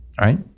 Right